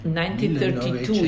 1932